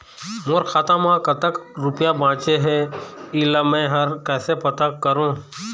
मोर खाता म कतक रुपया बांचे हे, इला मैं हर कैसे पता करों?